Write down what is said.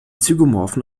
zygomorphen